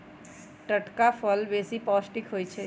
टटका फल बेशी पौष्टिक होइ छइ